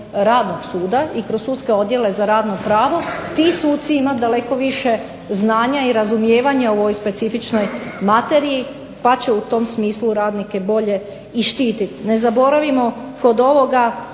radnog suda i kroz sudske odjele za radno pravo ti suci imati daleko više znanja i razumijevanja o ovoj specifičnoj materiji pa će u tom smislu radnike bolje i štitit. Ne zaboravimo kod ovoga